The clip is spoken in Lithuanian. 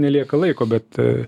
nelieka laiko bet